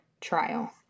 trial